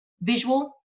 visual